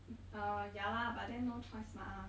uh ya lah but then no choice mah